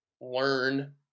learn